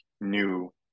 new